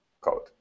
code